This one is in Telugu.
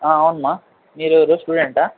అవును మా మీరు ఎవరు స్టూడెంటా